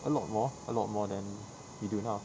a lot more a lot more than we do now